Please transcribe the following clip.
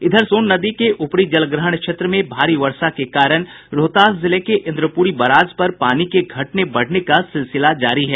इधर सोन नदी के ऊपरी जल ग्रहण क्षेत्र में भारी वर्षा के कारण रोहतास जिले के इंद्रपुरी बराज पर पानी के घटने बढ़ने का सिलसिला जारी है